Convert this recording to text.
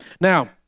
Now